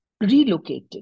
relocated